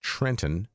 Trenton